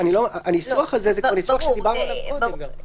הניסוח הזה הוא ניסוח שדיברנו עליו קודם גם.